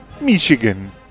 Michigan